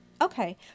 Okay